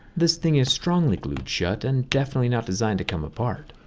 this thing is strongly glued shut and definitely not designed to come apart,